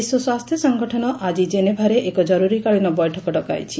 ବିଶ୍ୱ ସ୍ୱାସ୍ଥ୍ୟ ସଂଗଠନ ଆକି ଜେନେଭାରେ ଏକ ଜରୁରୀକାଳୀନ ବୈଠକ ଡକାଇଛି